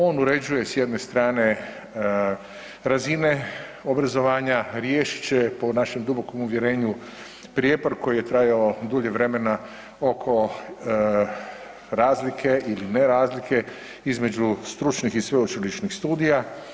On uređuje s jedne strane razine obrazovanja, riješit će po našem dubokom uvjerenju prijepor koji je trajao dulje vremena oko razlike ili ne razlike između stručnih i sveučilišnih studija.